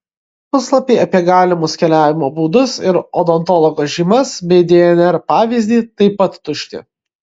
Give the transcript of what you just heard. puslapiai apie galimus keliavimo būdus ir odontologo žymas bei dnr pavyzdį taip pat tušti